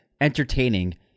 entertaining